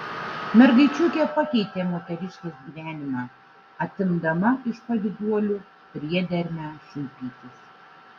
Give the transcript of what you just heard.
mergaičiukė pakeitė moteriškės gyvenimą atimdama iš pavyduolių priedermę šaipytis